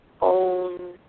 own